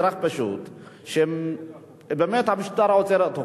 אזרח פשוט שהמשטרה עוצרת אותו,